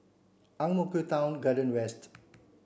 Ang Mo Kio Town Garden West